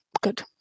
good